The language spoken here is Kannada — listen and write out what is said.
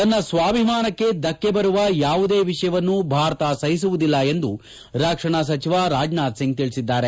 ತನ್ನ ಸ್ವಾಭಿಮಾನಕ್ಕೆ ಧಕ್ಕೆ ಬರುವ ಯಾವುದೇ ವಿಷಯವನ್ನು ಭಾರತ ಸಓಸುವುದಿಲ್ಲ ಎಂದು ರಕ್ಷಣಾ ಸಚಿವ ರಾಜನಾಥ್ ಸಿಂಗ್ ತಿಳಿಸಿದ್ದಾರೆ